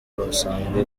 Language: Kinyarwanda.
rusanzwe